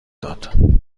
داد